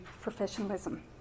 professionalism